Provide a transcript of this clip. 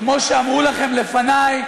כמו שאמרו לכם לפני,